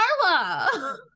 carla